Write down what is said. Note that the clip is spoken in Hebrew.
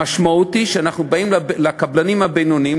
המשמעות היא שאנחנו באים לקבלנים הבינוניים,